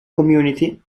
community